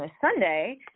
sunday